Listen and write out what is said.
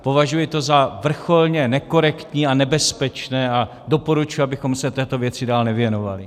Považuji to za vrcholně nekorektní a nebezpečné a doporučuji, abychom se této věci dál nevěnovali.